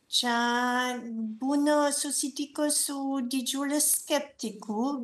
čia būnu susitikus su didžiulis skeptikų